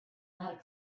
not